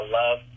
love